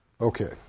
Okay